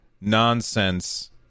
nonsense